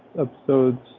episodes